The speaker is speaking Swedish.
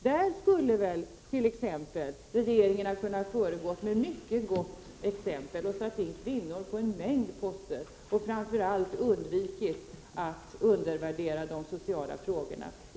Där skulle väl regeringen ha kunnat föregå med mycket gott exempel — satt in kvinnor på en mängd poster och framför allt undvikit att undervärdera de sociala frågorna.